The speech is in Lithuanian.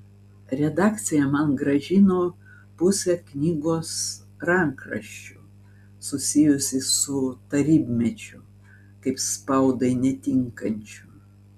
redakcija man grąžino pusę knygos rankraščių susijusių su tarybmečiu kaip spaudai netinkančių